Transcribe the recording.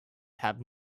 have